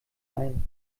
ein